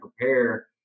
prepare